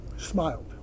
smiled